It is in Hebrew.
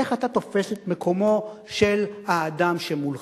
איך אתה תופס את מקומו של האדם שמולך.